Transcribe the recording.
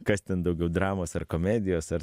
kas ten daugiau dramos ar komedijos ar